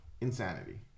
Insanity